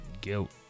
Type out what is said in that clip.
guilt